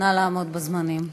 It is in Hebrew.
נא לעמוד בזמנים.